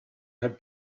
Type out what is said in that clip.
had